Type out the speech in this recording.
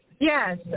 Yes